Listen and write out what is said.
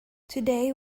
today